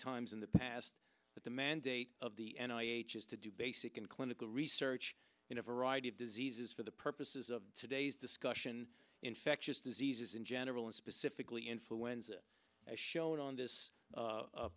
times in the past that the mandate of the and i h is to do basic and clinical research in a variety of diseases for the purposes of today's discussion infectious diseases in general and specifically influenza as shown on this